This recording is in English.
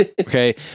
Okay